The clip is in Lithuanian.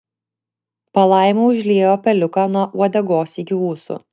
palaima užliejo peliuką nuo uodegos iki ūsų